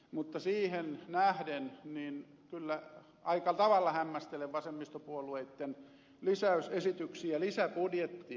mutta siihen nähden kyllä aika tavalla hämmästelen vasemmistopuolueitten lisäysesityksiä lisäbudjettiin